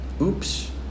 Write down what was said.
oops